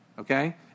Okay